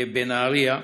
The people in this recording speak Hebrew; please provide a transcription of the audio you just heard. בנהריה: